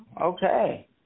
okay